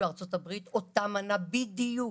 בארצות-הברית אותה מנה בדיוק